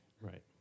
right